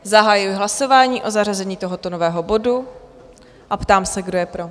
Zahajuji hlasování o zařazení tohoto nového bodu a ptám se, kdo je pro?